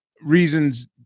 Reasons